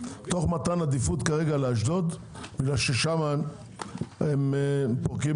תוך מתן עדיפות כרגע לאשדוד כי שם הם פורקים